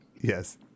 Yes